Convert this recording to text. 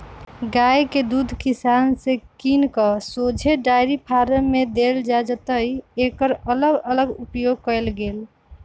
गाइ के दूध किसान से किन कऽ शोझे डेयरी फारम में देल जाइ जतए एकर अलग अलग उपयोग कएल गेल